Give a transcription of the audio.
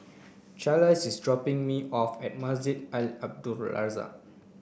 Charlize is dropping me off at Masjid Al Abdul Razak